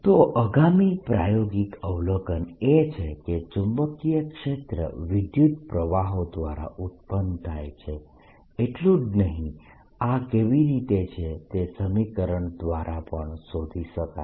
તો આગામી પ્રાયોગિક અવલોકન એ છે કે ચુંબકીય ક્ષેત્ર વિદ્યુતપ્રવાહો દ્વારા ઉત્પન્ન થાય છે એટલું જ નહીં આ કેવી રીતે છે તે સમીકરણ દ્વારા પણ શોધી શકાશે